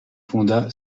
fonda